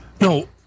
No